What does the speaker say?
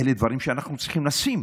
אלה דברים שאנחנו צריכים לשים